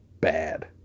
bad